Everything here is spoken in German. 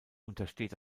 untersteht